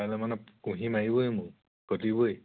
কাইলৈ মানে কুঁহি মাৰিবই মোৰ কতিবই